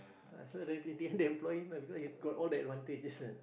ah so in the end they employ him ah because he got all the advantages ah